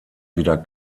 wieder